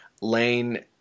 Lane